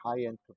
high-end